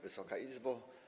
Wysoka Izbo!